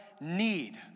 need